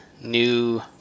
new